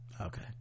Okay